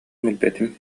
билбэтим